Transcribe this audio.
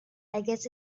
guess